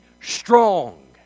strong